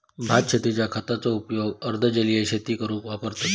भात शेतींच्या खताचो उपयोग अर्ध जलीय शेती करूक वापरतत